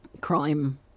crime